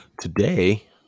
today